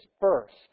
first